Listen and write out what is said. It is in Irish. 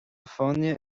fáinne